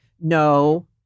no